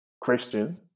Christian